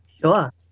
Sure